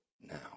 now